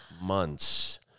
months